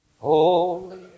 holy